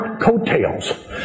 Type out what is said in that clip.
coattails